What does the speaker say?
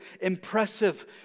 impressive